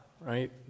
right